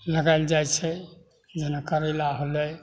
लगायल जाइ छै जेना करैला होलै